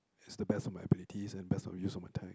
it's the best of my abilities and the best use of my time